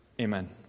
amen